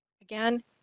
Again